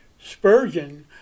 Spurgeon